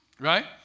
right